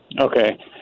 Okay